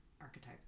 archetype